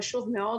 חשוב מאוד.